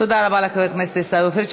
תודה רבה לחבר הכנסת עיסאווי פריג'.